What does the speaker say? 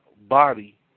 body